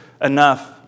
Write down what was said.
enough